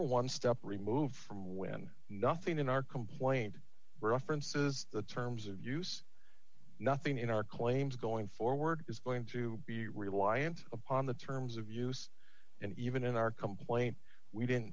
one step removed from when nothing in our complaint references the terms of use nothing in our claims going forward is going to be reliant upon the terms of use and even in our complaint we didn't